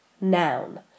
noun